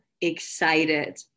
excited